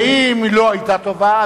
ואם היא לא היתה טובה,